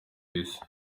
isi